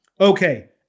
Okay